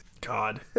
God